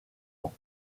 ans